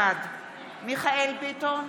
בעד מיכאל מרדכי ביטון,